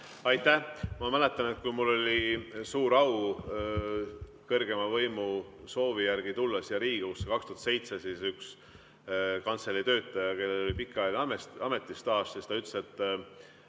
Aitäh! Ma mäletan, kui mul oli suur au kõrgeima võimu soovi järgi tulla siia Riigikogusse 2007, siis üks kantselei töötaja, kellel oli pikaajaline ametistaaž, ütles, et